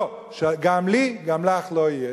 לא, גם לי גם לך לא יהיה.